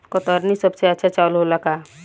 कतरनी सबसे अच्छा चावल होला का?